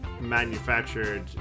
manufactured